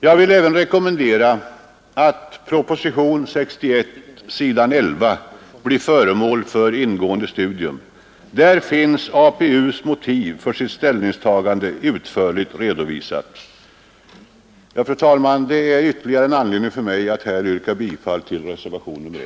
Jag vill även rekommendera att propositionen 61, s. 11, blir föremål för ingående studium. Där finns motivet för APU:s ställningstagande utförligt redovisat. Det är, fru talman, ytterligare en anledning för mig att yrka bifall till reservationen 1.